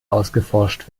ausgeforscht